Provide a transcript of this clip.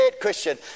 Christian